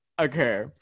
okay